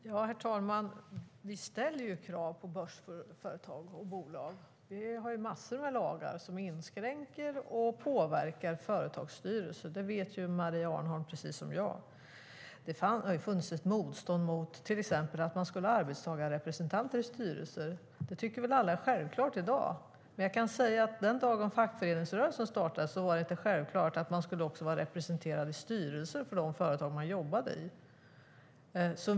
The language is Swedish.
Herr talman! Vi ställer krav på börsföretag och bolag. Vi har massor med lagar som inskränker och påverkar företagsstyrelser. Det vet Maria Arnholm, precis som jag. Det har funnits ett motstånd till exempel mot att man skulle ha arbetstagarrepresentanter i styrelser. Det tycker väl alla är självklart i dag. Men jag kan säga att den dagen fackföreningsrörelsen startade var det inte självklart att man också skulle vara representerad i styrelser för de företag man jobbade i.